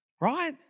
right